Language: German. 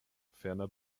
ferner